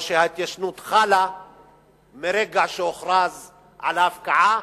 או שההתיישנות חלה מרגע שהוכרז על ההפקעה,